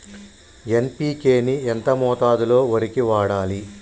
NPK ని ఎంత మోతాదులో వరికి వాడాలి?